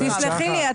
תסלחי לי,